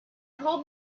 hold